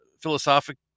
philosophic